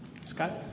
Scott